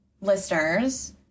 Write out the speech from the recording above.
listeners